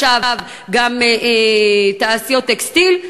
עכשיו גם "ערד תעשיות טקסטיל",